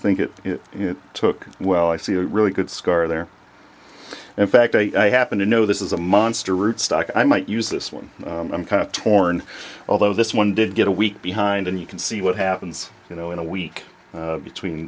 think it took well i see a really good scar there in fact i happen to know this is a monster root stock i might use this one i'm kind of torn although this one did get a week behind and you can see what happens you know in a week between